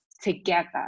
together